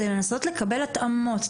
כדי לנסות לקבל התאמות,